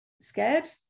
scared